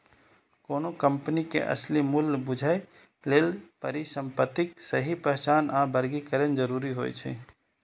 कोनो कंपनी के असली मूल्य बूझय लेल परिसंपत्तिक सही पहचान आ वर्गीकरण जरूरी होइ छै